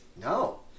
no